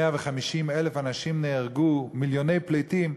150,000 אנשים נהרגו, מיליוני פליטים.